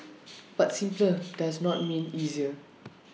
but simpler does not mean easier